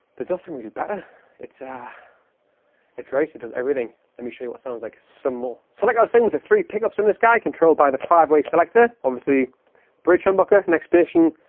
there's nothing really better it's a it's great it does everything let me show you what sounds like some more. so like i was saying with the three pickups in this guy controlled by the five way selector obviously bridge humbucker, next position,